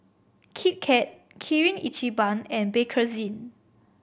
Kit Kat Kirin Ichiban and Bakerzin